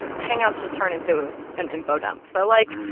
hangouts just turn into an info dump. so, like,